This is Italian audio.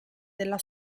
della